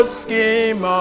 scheme